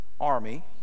army